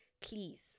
please